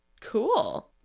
Cool